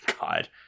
god